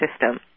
system